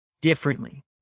differently